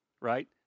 right